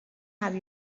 have